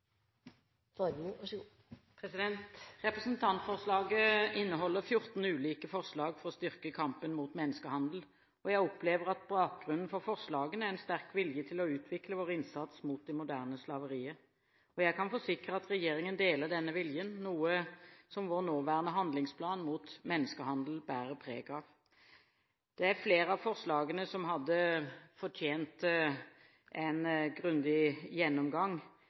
Representantforslaget inneholder 14 ulike forslag for å styrke kampen mot menneskehandel. Jeg opplever at bakgrunnen for forslagene er en sterk vilje til å utvikle vår innsats mot det moderne slaveriet. Jeg kan forsikre at regjeringen deler denne viljen, noe som vår nåværende handlingsplan mot menneskehandel bærer preg av. Det er flere av forslagene som hadde fortjent en grundig gjennomgang,